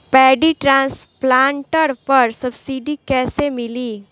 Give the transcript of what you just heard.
Paddy transplanter पर subsidy कैसे मिली?